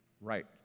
Right